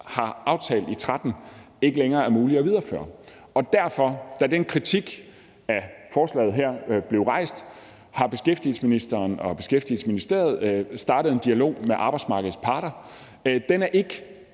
havde aftalt i 2013, ikke længere var muligt at videreføre. Da den kritik af forslaget her blev rejst, har beskæftigelsesministeren og Beskæftigelsesministeriet startet en dialog med arbejdsmarkedets parter. Den dialog